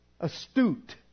astute